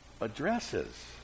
addresses